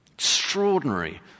Extraordinary